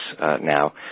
now